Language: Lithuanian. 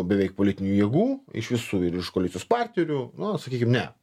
beveik politinių jėgų iš visų ir iš koalicijos partnerių nu sakykim ne